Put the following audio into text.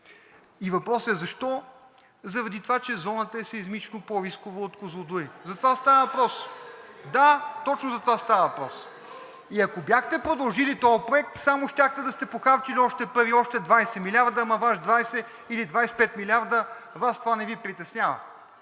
И въпросът е защо. Заради това, че зоната е сеизмично по-рискова от Козлодуй. За това става въпрос! Да, точно за това става въпрос. И ако бяхте продължили този проект, само щяхте да сте похарчили още пари – още 20 милиарда, ама 20 или 25 милиарда Вас това не Ви притеснява.